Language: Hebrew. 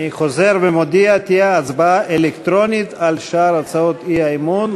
אני חוזר ומודיע: תהיה ההצבעה אלקטרונית על שאר הצעות האי-אמון,